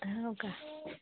हो का